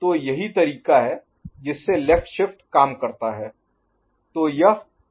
तो यही तरीका है जिससे लेफ्ट शिफ्ट काम करता है